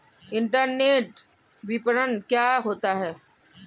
Internet विपणन क्या होता है?